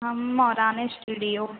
हम मौरान एस्टूडियो